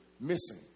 missing